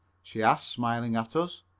she asked, smiling at us.